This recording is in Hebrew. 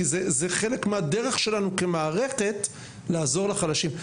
כי זה חלק מהדרך שלנו כמערכת לעזור לחלשים.